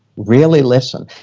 really listen.